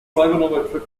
trigonometric